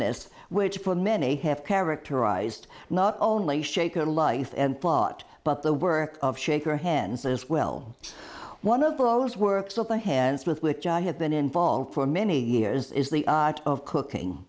missed which for many have characterized not only shaker life and plot but the work of shake your hands as well one of those works of the hands with which i have been involved for many years is the art of cooking